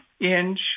inch